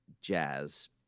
jazz